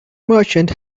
merchant